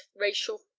racial